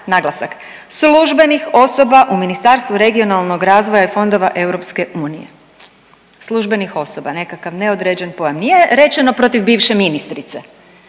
naglasak službenih osoba u Ministarstvu regionalnog razvoja i fondova EU, službenih osoba nekakav neodređen pojam. Nije rečeno protiv bivše ministrice